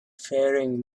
faring